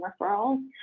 referrals